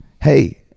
Hey